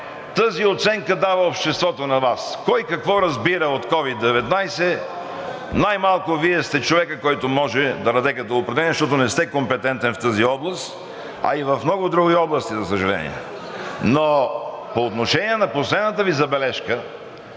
Тази оценка дава обществото на Вас. Кой какво разбира от COVID-19 – най-малко Вие сте човекът, който може да даде като определение, защото не сте компетентен в тази област, а и в много други области, за съжаление. Но по отношение на последната Ви забележка,